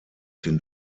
den